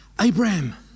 Abraham